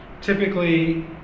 Typically